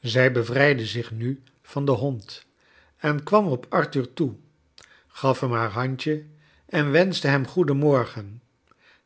zij bevrijdde zich nu van den hond en kwam op arthur toe gaf hem haar handje en wenschte hem goeden morgen